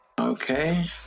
Okay